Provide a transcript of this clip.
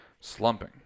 slumping